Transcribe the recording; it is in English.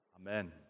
amen